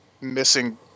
missing